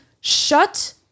shut